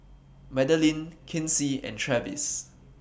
Madelynn Kinsey and Travis